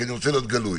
כי אני רוצה להיות גלוי.